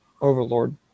Overlord